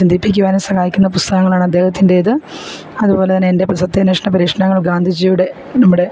ചിന്തിപ്പിക്കുവാനും സഹായിക്കുന്ന പുസ്തകങ്ങളാണ് അദ്ദേഹത്തിൻ്റേത് അതുപോലെ തന്നെ എൻ്റെ സത്യാന്വേഷണ പരീക്ഷണങ്ങൾ ഗാന്ധിജിയുടെ നമ്മുടെ